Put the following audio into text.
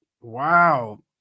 wow